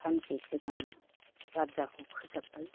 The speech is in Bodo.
सानसे सिगां गारजाखौ फोसाब्बाय